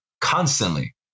Constantly